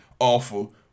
Awful